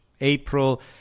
April